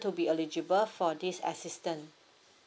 to be eligible for this assistant